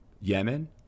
Yemen